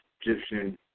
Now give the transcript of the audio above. Egyptian